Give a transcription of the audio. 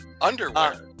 Underwear